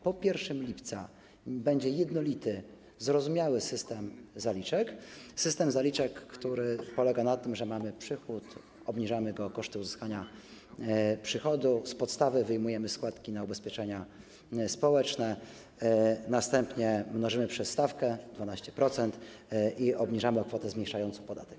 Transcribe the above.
Po 1 lipca będzie jednolity, zrozumiały system zaliczek, który polega na tym, że mamy przychód, obniżamy go o koszty uzyskania przychodu, z podstawy wyjmujemy składki na ubezpieczenia społeczne, następnie mnożymy przez stawkę, 12%, i obniżamy o kwotę zmniejszającą podatek.